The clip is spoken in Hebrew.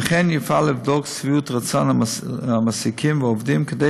וכן יפעל לבדוק שביעות רצון המעסיקים והעובדים כדי